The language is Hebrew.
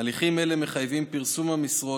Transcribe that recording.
הליכים אלה מחייבים פרסום המשרות,